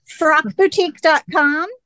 frockboutique.com